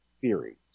theory